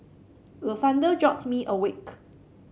the thunder jolt me awake